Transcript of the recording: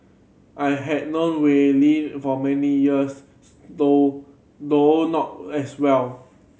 I have known Wei Li for many years though though not as well